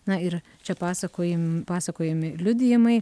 na ir čia pasakojim pasakojami liudijimai